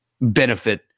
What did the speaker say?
benefit